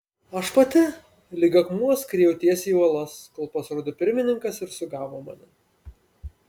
aš pati lyg akmuo skriejau tiesiai į uolas kol pasirodė pirmininkas ir sugavo mane